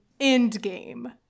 Endgame